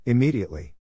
Immediately